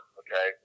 okay